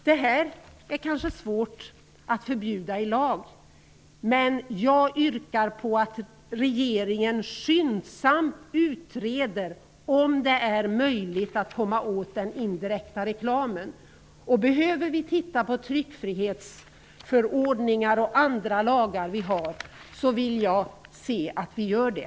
Det här är kanske svårt att förbjuda i lag, men jag yrkar på att regeringen skyndsamt utreder om det är möjligt att komma åt den indirekta reklamen. Om vi behöver titta på tryckfrihetsförordningar och andra lagar vill jag se att vi gör det.